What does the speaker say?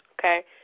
Okay